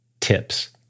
tips